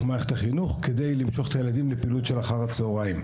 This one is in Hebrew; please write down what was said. מערכת החינוך כדי למשוך את הילדים לפעילות של אחר-הצהריים.